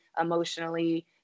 emotionally